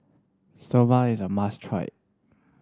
soba is a must try